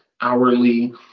hourly